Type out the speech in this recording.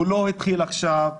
הוא לא התחיל עכשיו,